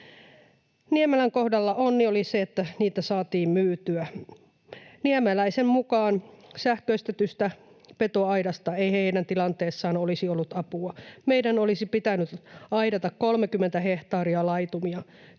Niemelän kohdalla onni oli se, että niitä saatiin myytyä. Niemeläisen mukaan sähköistetystä petoaidasta ei heidän tilanteessaan olisi ollut apua. ’Meidän olisi pitänyt aidata 30 hehtaaria laitumia.